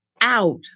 out